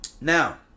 Now